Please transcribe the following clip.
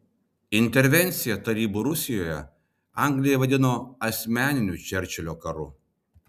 intervenciją tarybų rusijoje anglija vadino asmeniniu čerčilio karu